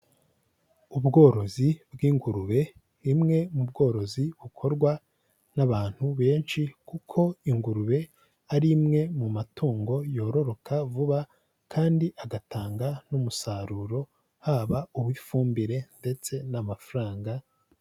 Ubworozi bw'ingurube imwe mu bworozi bukorwa n'abantu benshi, kuko ingurube ari imwe mu matungo yororoka vuba, kandi agatanga n'umusaruro, haba uw'ifumbire ndetse n'amafaranga.